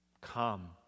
come